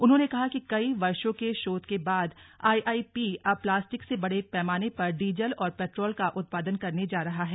उन्होंने कहा कि कई वर्षो के शोध के बाद आईआईपी अब प्लास्टिक से बड़े पैमाने पर डीजल और पेट्रोल का उत्पादन करने जा रहा है